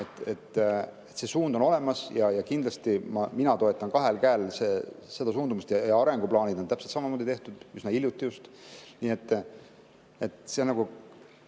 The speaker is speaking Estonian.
See suund on olemas ja kindlasti mina toetan kahel käel seda suundumust. Arenguplaanid on täpselt samamoodi tehtud, üsna hiljuti just.